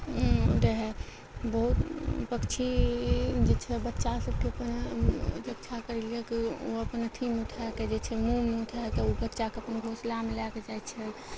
रहै बहुत पक्षी जे छै बच्चा सभके अपन रक्षा करलियै कि ओ अपन अथीमे उठाके जे छै मुँहमे उठाके ऊ बच्चाके अपन घोसलामे लै कऽ जाइ छै